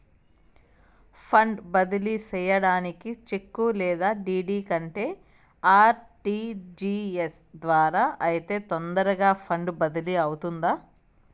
funds బదిలీ సేయడానికి cheque లేదా డీ.డీ కంటే ఆర్.టి.జి.ఎస్ ద్వారా అయితే తొందరగా ఫండ్స్ బదిలీ అవుతుందా